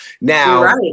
Now